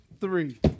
three